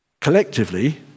collectively